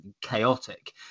chaotic